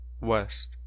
West